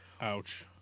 Ouch